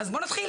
אז בוא נתחיל.